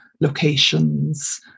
locations